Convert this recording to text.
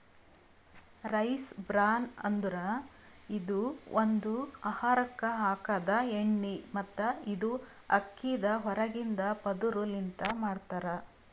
rice bran ಅಂದುರ್ ಇದು ಒಂದು ಆಹಾರಕ್ ಹಾಕದ್ ಎಣ್ಣಿ ಮತ್ತ ಇದು ಅಕ್ಕಿದ್ ಹೊರಗಿಂದ ಪದುರ್ ಲಿಂತ್ ಮಾಡ್ತಾರ್